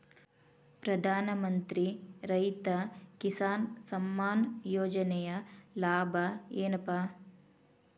ಪ್ರಧಾನಮಂತ್ರಿ ರೈತ ಕಿಸಾನ್ ಸಮ್ಮಾನ ಯೋಜನೆಯ ಲಾಭ ಏನಪಾ?